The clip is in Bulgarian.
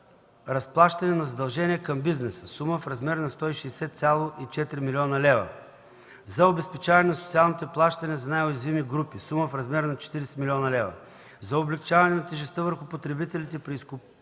разплащане на задължения към бизнеса – сума в размер на 160,4 млн. лв.; - за обезпечаване на социалните плащания за най-уязвимите групи – сума в размер на 40 млн. лв.; - за облекчаване на тежестта върху потребителите при изкупуване